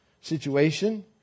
situation